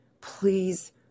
please